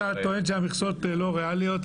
אתה טוען שהמכסות לא ריאליות.